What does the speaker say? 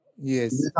Yes